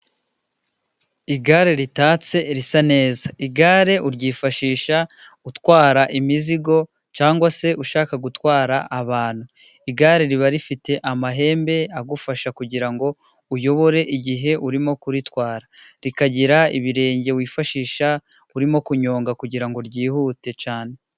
Igare ritatse risa neza, igare uryifashisha utwara imizigo cyangwa se ushaka gutwara abantu. Igare riba rifite amahembe agufasha kugira ngo uyobore igihe urimo kuritwara, rikagira ibirenge wifashisha urimo kunyonga kugira ngo ryihute cyane.